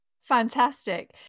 fantastic